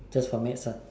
just for maths lah